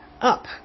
up